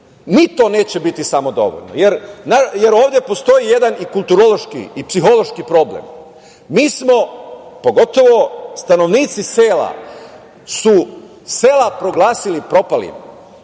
Ni to neće biti samo dovoljno, jer ovde postoji jedan kulturološki i psihološki problem. Mi smo, pogotovo stanovnici sela su sela proglasili propalim